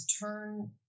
turn